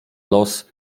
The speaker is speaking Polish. los